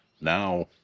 now